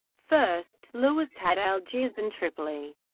first, louis had algiers and tripoli,